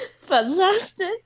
fantastic